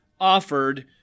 offered